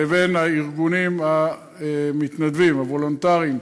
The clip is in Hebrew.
לבין הארגונים המתנדבים, הוולונטריים,